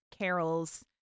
Carol's